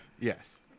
Yes